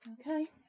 Okay